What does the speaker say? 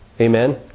Amen